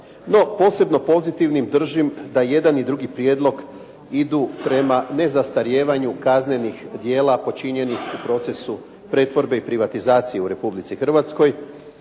posebno pozitivnim držim da jedan i drugi prijedlog idu prema nezastarijevanju kaznenih djela počinjenih u procesu pretvorbe i privatizacije u Republici Hrvatskoj,